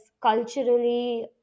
culturally